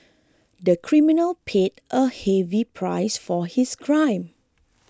the criminal paid a heavy price for his crime